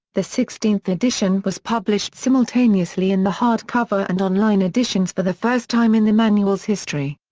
the sixteenth edition was published simultaneously in the hardcover and online editions for the first time in the manual's history.